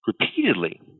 repeatedly—